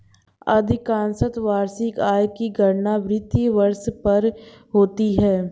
अधिकांशत वार्षिक आय की गणना वित्तीय वर्ष पर होती है